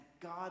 God